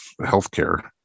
healthcare